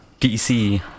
DC